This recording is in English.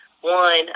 one